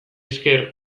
esker